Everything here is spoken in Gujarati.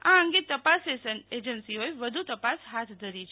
આ અંગે તપાસ એજન્સીઓએ વધુ તપાસ હાથ ધરી છે